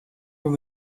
will